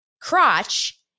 crotch